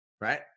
right